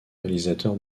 réalisateur